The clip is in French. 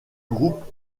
groupes